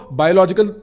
biological